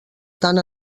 tant